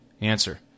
Answer